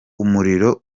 umuriro